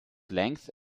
length